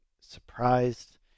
surprised